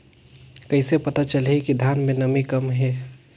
कइसे पता चलही कि धान मे नमी कम हे?